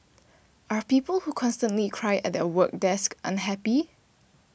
are people who constantly cry at their work desk unhappy